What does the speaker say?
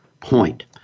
point